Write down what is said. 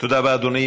תודה רבה, אדוני.